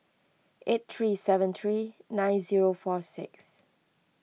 eight three seven three nine four six